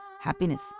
happiness